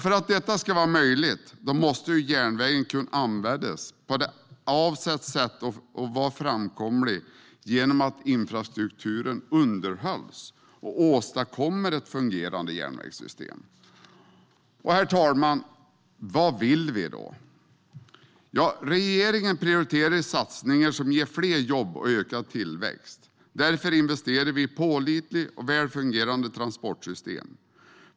För att detta ska vara möjligt måste järnvägen kunna användas på det avsedda sättet och vara framkomlig genom att infrastrukturen underhålls och att vi åstadkommer ett fungerande järnvägssystem. Herr talman! Vad vill vi då? Regeringen prioriterar satsningar som ger fler jobb och ökad tillväxt. Därför investerar vi i pålitliga och välfungerande transportsystem.